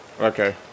Okay